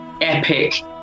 epic